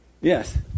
Yes